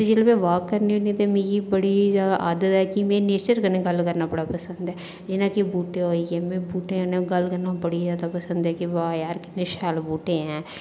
ते जिसलें में वाक करनी होनी ते मिगी बड़ी ज्यादा आदत ऐ कि में नेचर कन्नै गल्ल करना बड़ा पसंद ऐ जियां कि बूहटे होई गे में बूहटे कन्नै गल्ल करना बड़ी ज्यादा पसंद ऐ कि वाह् यार किने शैल बहूटे ऐ